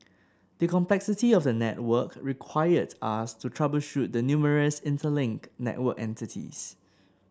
the complexity of the network required us to troubleshoot the numerous interlinked network entities